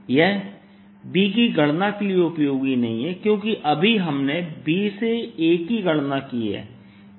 यह B की गणना के लिए उपयोगी नहीं है क्योंकि अभी हमने B से A की गणना की हैं